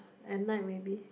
at night maybe